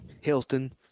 Hilton